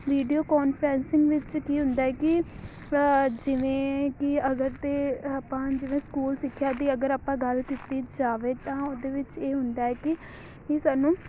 video conferencing ਵਿੱਚ ਕੀ ਹੁੰਦਾ ਕਿ ਜਿਵੇਂ ਕਿ ਅਗਰ ਤਾਂ ਆਪਾਂ ਜਿਵੇਂ ਸਕੂਲ ਸਿੱਖਿਆ ਦੀ ਅਗਰ ਆਪਾਂ ਗੱਲ ਕੀਤੀ ਜਾਵੇ ਤਾਂ ਉਹਦੇ ਵਿੱਚ ਇਹ ਹੁੰਦਾ ਕਿ ਸਾਨੂੰ